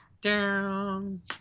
down